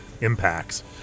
impacts